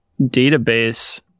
database